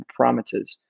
parameters